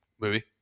movie